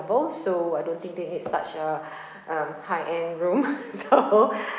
level so I don't think they need such a um high end room so